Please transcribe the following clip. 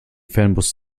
fernbus